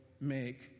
make